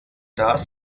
das